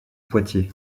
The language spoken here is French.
poitiers